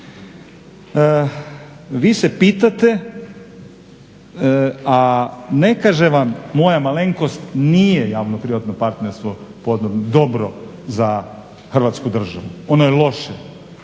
Vi se pitate, a ne kaže vam moja malenkost nije javno privatno partnerstvo dobro za Hrvatsku državu. Ono je loše,